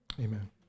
Amen